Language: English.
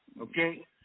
Okay